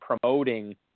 promoting